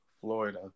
Florida